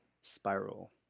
spiral